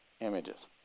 images